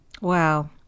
Wow